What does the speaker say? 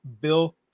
Bill